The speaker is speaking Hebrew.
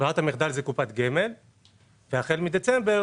ברירת המחדל זה קופת גמל והחל מדצמבר,